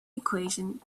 equation